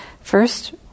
first